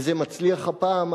וזה מצליח הפעם,